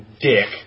Dick